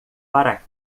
para